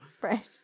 Right